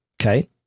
okay